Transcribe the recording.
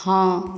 हँ